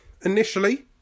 initially